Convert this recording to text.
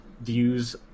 views